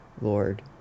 Lord